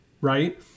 right